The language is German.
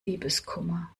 liebeskummer